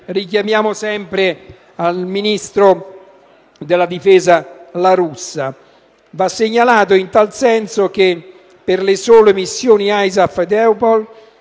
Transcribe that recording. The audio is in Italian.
richiamiamo sempre al ministro della difesa La Russa. Va segnalato in tal senso che per le sole missioni ISAF ed EUPOL